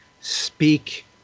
speak